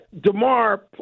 DeMar